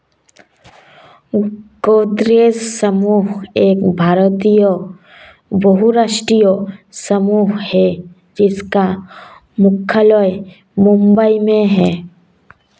गोदरेज समूह एक भारतीय बहुराष्ट्रीय समूह है जिसका मुख्यालय मुंबई में है